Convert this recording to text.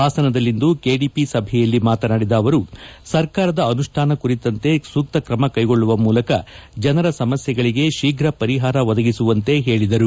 ಹಾಸನದಲ್ಲಿಂದು KDP ಸಭೆಯಲ್ಲಿ ಮಾತನಾಡಿದ ಅವರು ಸರ್ಕಾರದ ಅನುಷ್ಠಾನ ಕುರಿತಂತೆ ಸೂಕ್ತ ಕ್ರಮ ಕೈಗೊಳ್ಳುವ ಮೂಲಕ ಜನರ ಸಮಸ್ಕೆಗಳಿಗೆ ಶೀಘ್ರ ಪರಿಹಾರ ಒದಗಿಸುವಂತೆ ಹೇಳಿದರು